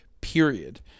Period